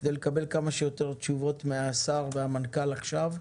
כדי לקבל כמה שיותר תשובות מן השר ומן המנכ"ל עכשיו.